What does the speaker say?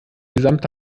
gesamte